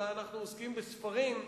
אלא אנחנו עוסקים בספרים,